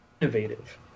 innovative